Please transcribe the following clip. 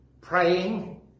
praying